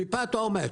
טיפת אומץ.